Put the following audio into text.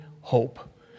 hope